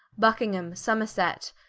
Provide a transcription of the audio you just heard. buckingham, somerset,